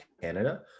Canada